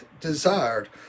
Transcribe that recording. desired